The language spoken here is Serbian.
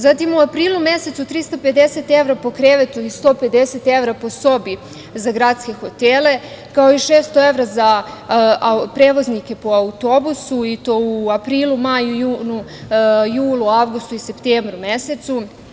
Zatim, u aprilu mesecu 350 evra po krevetu i 150 evra po sobi za gradske hotele, kao i 600 evra za prevoznike po autobusu i to u aprilu, maju, junu, julu, avgustu i septembru mesecu.